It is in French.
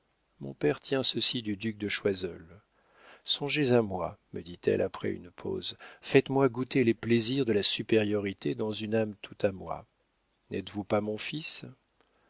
mon père tient ceci du duc de choiseul songez à moi me dit-elle après une pause faites-moi goûter les plaisirs de la supériorité dans une âme toute à moi n'êtes-vous pas mon fils